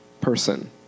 person